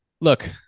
look